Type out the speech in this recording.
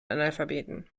analphabeten